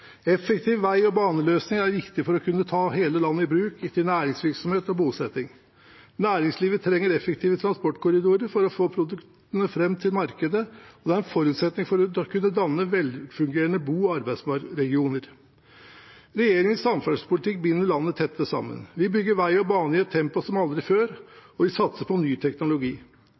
Effektiv vei- og baneløsning er viktig for å kunne ta hele landet i bruk, for næringsvirksomhet og bosetting. Næringslivet trenger effektive transportkorridorer for å få produktene fram til markedene, og det er en forutsetning for å kunne danne velfungerende bo- og arbeidsmarkedsregioner. Regjeringens samferdselspolitikk binder landet tett sammen. Vi bygger vei og bane i et tempo som aldri før, og vi satser på ny teknologi.